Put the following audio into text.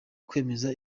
kwemeza